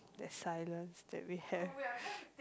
the silence that we have